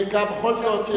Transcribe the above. בכל זאת,